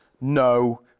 no